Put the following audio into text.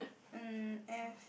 mm F